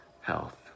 health